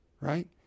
right